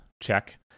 check